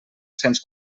cents